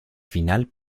final